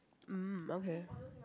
mm okay